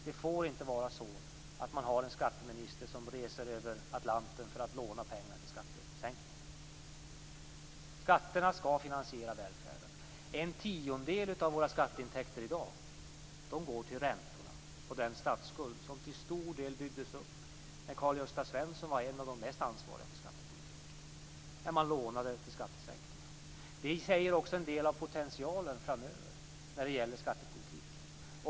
Det får inte vara så att man har en skatteminister som reser över Atlanten för att låna pengar till skattesänkningar. Skatterna skall finansiera välfärden. En tiondel av våra skatteintäkter i dag går till räntorna på den statsskuld som till stor del byggdes upp när Karl Gösta Svenson var en av de mest ansvariga för skattepolitiken. Då lånade man till skattesänkningarna. Det säger också en del om potentialen framöver för skattepolitiken.